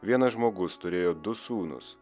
vienas žmogus turėjo du sūnus